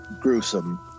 gruesome